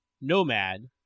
Nomad